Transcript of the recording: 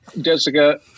Jessica